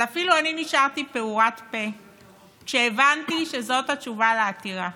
אבל אפילו אני נשארתי פעורת פה כשהבנתי שזאת התשובה על העתירה.